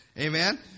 Amen